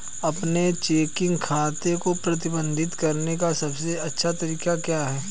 अपने चेकिंग खाते को प्रबंधित करने का सबसे अच्छा तरीका क्या है?